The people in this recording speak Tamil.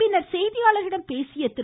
பின்னர் செய்தியாளர்களிம் பேசிய திரு